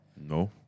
No